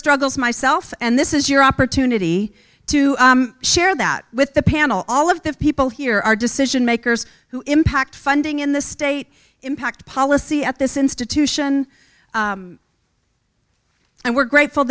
struggles myself and this is your opportunity to share that with the panel all of the people here our decision makers who impact funding in the state impact policy at this institution and we're grateful